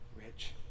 rich